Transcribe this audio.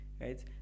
right